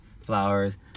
flowers